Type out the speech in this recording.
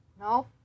No